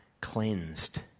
cleansed